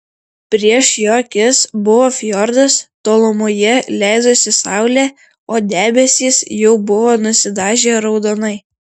prieš jo akis buvo fjordas tolumoje leidosi saulė o debesys jau buvo nusidažę raudonai